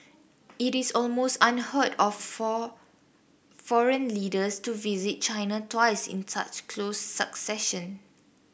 it is almost unheard of for foreign leaders to visit China twice in such close succession